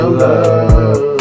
love